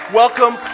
welcome